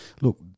look